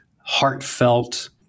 heartfelt